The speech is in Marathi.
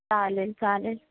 चालेल चालेल